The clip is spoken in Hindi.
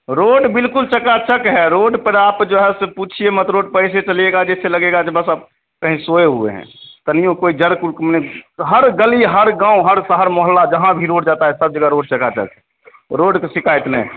रोड बिल्कुल चकाचक है रोड पर आप जो है उससे पूछिए मत रोड पर ऐसे चलिएगा जैसे लगेगा बस अब कहीं सोए हुए हैं तनियो कोई जड़ कुमकुम ने तो हर गली हर गाँव हर शहर मोहल्ला जहाँ भी रोड जाता है सब जगह रोड चकाचक रोड पर शिकायत नहीं